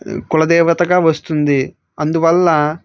కుల దేవతగా వస్తుంది అందువల్ల